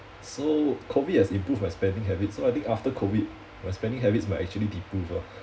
so COVID has improved my spending habits so I think after COVID my spending habits might actually deprove lah